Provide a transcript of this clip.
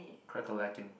crackling